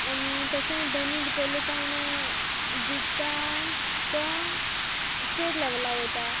आनी तशेंच दोनी भितरले कोण जिकता तो स्टेट लेवला वयता